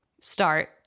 start